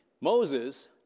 Moses